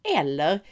eller